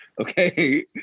okay